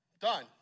done